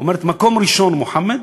אומרת: מקום ראשון מוחמד,